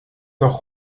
noch